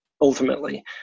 ultimately